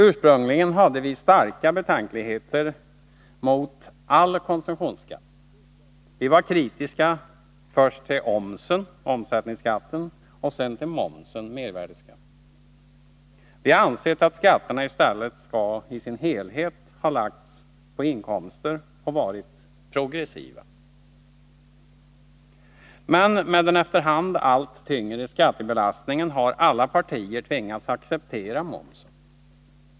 Ursprungligen hade vi starka betänkligheter mot all konsumtionsskatt. Vi har varit kritiska till först omsen, omsättningsskatten, och sedan momsen, mervärdeskatten. Vi har ansett att skatterna i stället i sin helhet skulle ha lagts på inkomster och varit progressiva. Men med den efter hand allt tyngre skattebelastningen har alla partier tvingats acceptera momsen.